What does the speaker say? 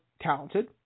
talented